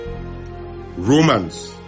Romans